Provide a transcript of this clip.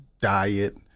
diet